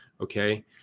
okay